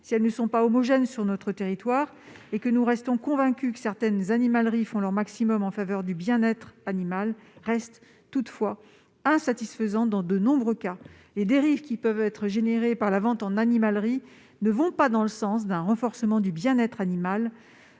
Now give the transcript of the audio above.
si elles ne sont pas homogènes sur le territoire et même si nous sommes convaincus que certaines animaleries font leur maximum en faveur du bien-être animal, restent insatisfaisantes dans bon nombre de cas. Les dérives qui peuvent être provoquées par la vente en animalerie ne vont pas dans le sens du renforcement du bien-être animal.